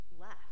left